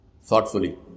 thoughtfully